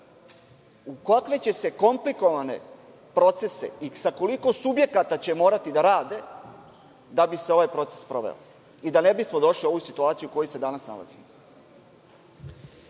da razumeju komplikovane procese i sa koliko subjekata će morati da rade da bi se ovaj proces sproveo i da ne bismo došli u ovu situaciju u kojoj se sada nalazimo. Vi